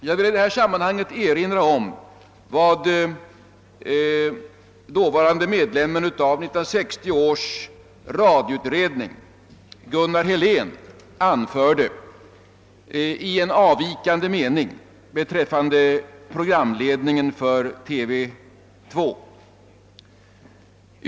Jag vill i detta sammanhang erinra om vad dåvarande medlemmen av 1960 års radioutredning, Gunnar Helén, anförde i en avvikande mening beträffande programledningen för TV 2.